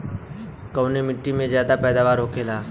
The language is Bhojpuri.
कवने मिट्टी में ज्यादा पैदावार होखेला?